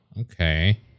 okay